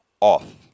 off